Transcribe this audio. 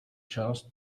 část